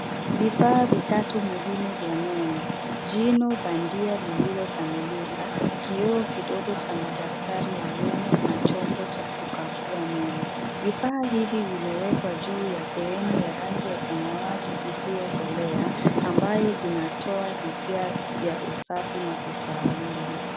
Vifaa vitatu muhimu vya meno: jino bandia lililokamilika, kioo kidogo cha madaktari wa meno na chombo cha kukagua meno. Vifaa hivi vimewekwa juu ya sehemu ya rangi ya samawati isiyokolea ambayo inatoa hisia ya usafi na utaaluum.